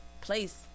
place